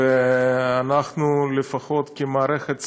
אנחנו, לפחות כמערכת צבאית,